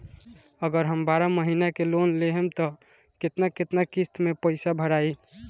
अगर हम बारह महिना के लोन लेहेम त केतना केतना किस्त मे पैसा भराई?